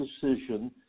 decision